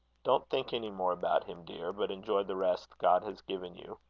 don't think any more about him, dear, but enjoy the rest god has given you.